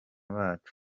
bacu